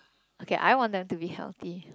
okay I want them to be healthy